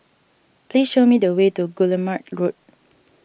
please show me the way to Guillemard Road